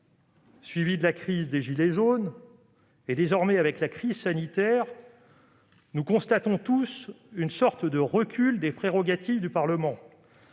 suivie de la crise des gilets jaunes, et, désormais, avec la crise sanitaire, nous constatons tous une sorte de recul des prérogatives du Parlement